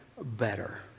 better